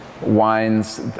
wines